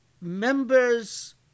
members